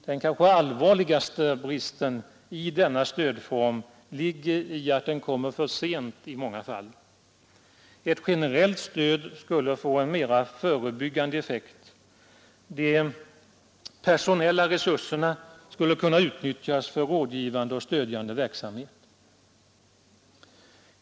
Den kanske allvarligaste bristen i denna stödform ligger i att den kommer för sent i många fall. Ett generellt stöd skulle få en mer förebyggande effekt. De personella resurserna skulle ju kunna utnyttjas för rådgivande och stödjande verksamhet.